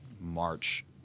March